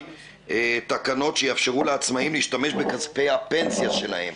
תקנות שיאפשרו לעצמאים להשתמש בכספי הפנסיה שלהם.